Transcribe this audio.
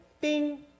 bing